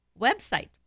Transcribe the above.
website